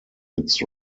its